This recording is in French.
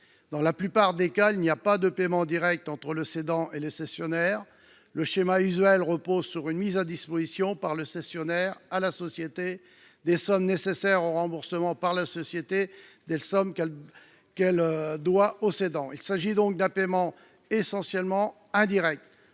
Dans la plupart des cas, il n’y a pas de paiement direct entre le premier et le second. Le schéma usuel est la mise à disposition, par le cessionnaire à la société, des sommes nécessaires au remboursement des montants que cette dernière doit au cédant. Il s’agit donc d’un paiement essentiellement indirect.